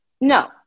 no